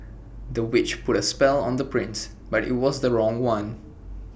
the witch put A spell on the prince but IT was the wrong one